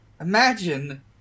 imagine